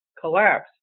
collapse